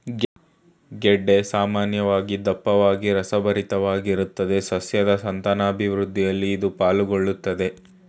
ಗೆಡ್ಡೆ ಸಾಮಾನ್ಯವಾಗಿ ದಪ್ಪವಾಗಿ ರಸಭರಿತವಾಗಿರ್ತದೆ ಸಸ್ಯದ್ ಸಂತಾನಾಭಿವೃದ್ಧಿಯಲ್ಲೂ ಇದು ಪಾಲುಗೊಳ್ಳುತ್ದೆ